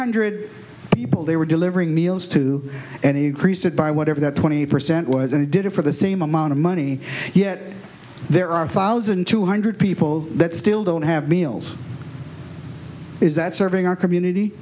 hundred people they were delivering meals to and increase it by whatever that twenty percent was and did it for the same amount of money yet there are a thousand two hundred people that still don't have meals is that serving our community